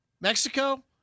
Mexico